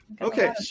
Okay